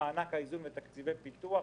מתקציבי מענק איזון ומתקציבי פיתוח,